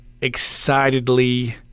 excitedly